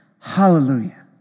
hallelujah